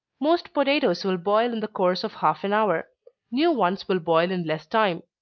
most potatoes will boil in the course of half an hour new ones will boil in less time.